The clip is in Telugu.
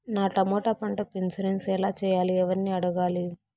నా టమోటా పంటకు ఇన్సూరెన్సు ఎలా చెయ్యాలి? ఎవర్ని అడగాలి?